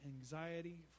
anxiety